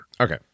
Okay